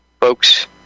Folks